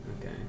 Okay